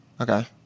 okay